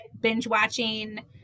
binge-watching